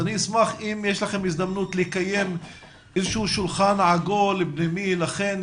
אני אשמח אם יש לכם הזדמנות לקיים שולחן עגול פנימי לכם,